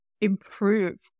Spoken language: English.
improve